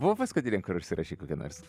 buvo paskutinė kur užsirašei kokią nors